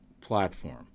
platform